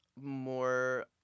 more